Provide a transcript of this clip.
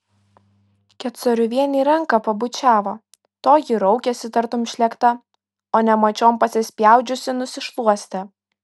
kecoriuvienei ranką pabučiavo toji raukėsi tartum šlėkta o nemačiom pasispjaudžiusi nusišluostė